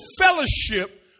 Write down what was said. fellowship